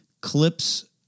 clips